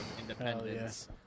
independence